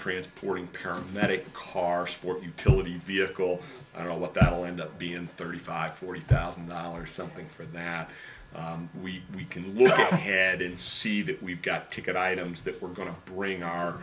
transporting paramedic car sport utility vehicle you know what that will end up being thirty five forty thousand dollars something for that we can look ahead and see that we've got to get items that we're going to bring our